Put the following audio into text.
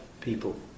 people